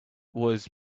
was